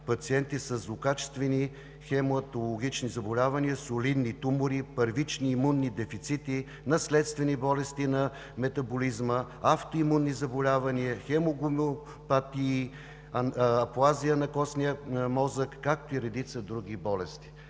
пациенти със злокачествени хематологични заболявания, солидни тумори, първични имунни дефицити, наследствени болести на метаболизма, автоимунни заболявания, хематопатии, плазия на костния мозък, както и редица други болести.